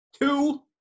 two